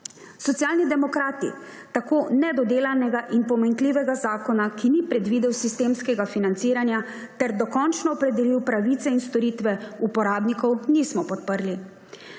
Socialni demokrati tako nedodelanega in pomanjkljivega zakona, ki ni predvidel sistemskega financiranja ter dokončno opredelil pravice in storitve uporabnikov, nismo podprli.